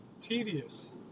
tedious